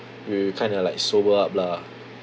we we kind of like sober up lah